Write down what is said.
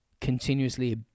continuously